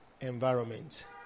environment